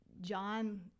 John